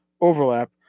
overlap